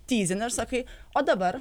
tyzini ir sakai o dabar